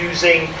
Using